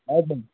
हजुर